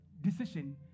decision